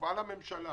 הובאה לממשלה